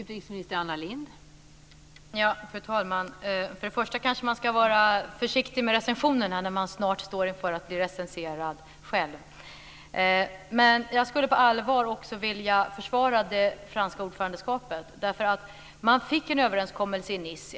Fru talman! Först och främst kanske man ska vara försiktig med recensioner när man snart står inför att själv bli recenserad. Men jag skulle på allvar vilja försvara det franska ordförandeskapet, därför att det träffades en överenskommelse i Nice.